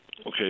Okay